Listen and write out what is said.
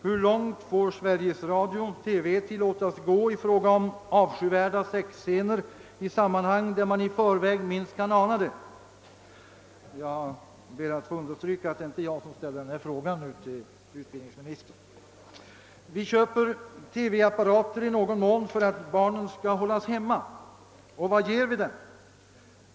Hur långt får Sveriges Radio/TV tillåtas gå i fråga om avskyvärda sex-scener i sammanhang där man i förväg minst kan ana det?» — Jag ber att få understryka att det inte är jag som ställer denna fråga till utbildningsministern. — »Vi köper TV-apparater i någon mån för att barnen skall hållas hemma. Och vad ger vi dem?